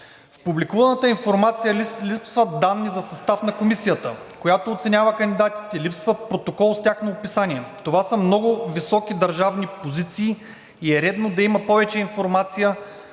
В публикуваната информация липсват данни за състав на комисията, която оценява кандидатите, липсва протокол с тяхно описание. Това са много високи държавни позиции и е редно да има повече информация